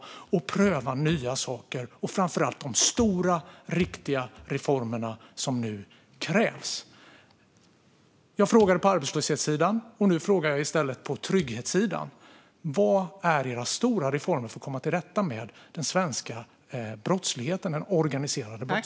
Det handlar om att pröva nya saker och framför allt om de stora, riktiga reformer som nu krävs. Jag frågade om arbetslöshetssidan, och nu frågar jag i stället om trygghetssidan. Vilka är era stora reformer för att komma till rätta med den svenska organiserade brottsligheten?